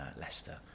Leicester